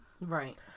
Right